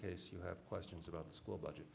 case you have questions about the school budget